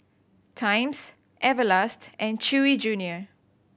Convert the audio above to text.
Times Everlast and Chewy Junior